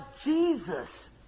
Jesus